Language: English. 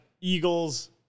eagles